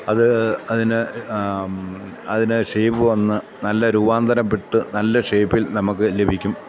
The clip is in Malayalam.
അത് അതിന് ഷേപ്പ് വന്ന് നല്ല രുപാന്തരപ്പെട്ട് നല്ല ഷേപ്പിൽ നമുക്ക് ലഭിക്കും